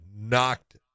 knocked